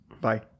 Bye